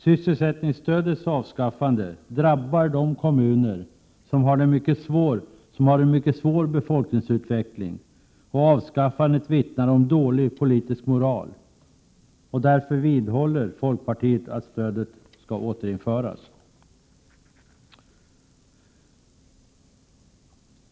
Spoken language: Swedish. Sysselsättningsstödets avskaffande drabbar de kommuner som har en mycket svår befolkningsutveckling, och avskaffandet vittnar om dålig politisk moral. Därför vidhåller folkpartiet att stödet skall återinföras.